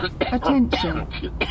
Attention